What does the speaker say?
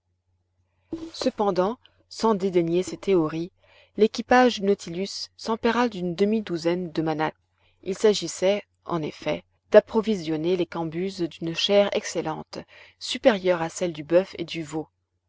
cependant sans dédaigner ces théories l'équipage du nautilus s'empara d'une demi-douzaine de manates il s'agissait en effet d'approvisionner les cambuses d'une chair excellente supérieure à celle du boeuf et du veau